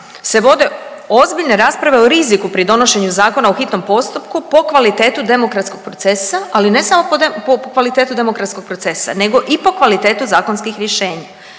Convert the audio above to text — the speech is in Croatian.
se vode ozbiljne rasprave o riziku pri donošenju zakona u hitnom postupku po kvalitetu demokratskog procesa, ali ne samo po kvalitetu demokratskog procesa nego i po kvalitetu zakonskih rješenja,